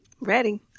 Ready